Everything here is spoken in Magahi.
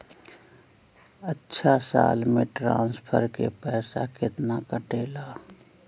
अछा साल मे ट्रांसफर के पैसा केतना कटेला?